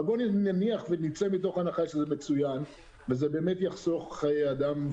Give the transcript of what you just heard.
אבל בואו נצא מתוך הנחה שזה מצוין וזה באמת יחסוך חיי אדם,